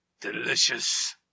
Delicious